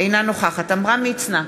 אינה נוכחת עמרם מצנע,